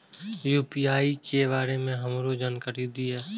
UPI के बारे में हमरो जानकारी दीय?